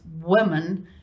Women